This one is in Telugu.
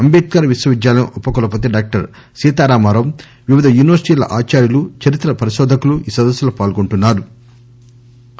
అంటేద్కర్ విశ్వవిద్యాలయం ఉప కులపతి డాక్టర్ సీతారామా రావు వివిధ యూనివర్సిటీ ల ఆచార్యులు చరిత్ర పరిశోధకులు ఈ సదస్సులో పాల్గొన్నారు